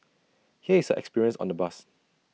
here is experience on the bus